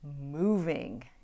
moving